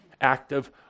active